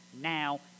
now